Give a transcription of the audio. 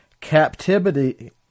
Captivity